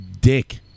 dick